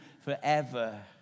forever